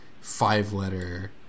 five-letter